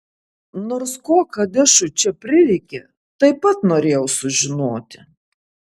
nors ko kadešui čia prireikė taip pat norėjau sužinoti